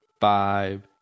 five